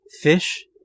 Fish